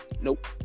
Nope